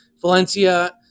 Valencia –